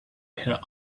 her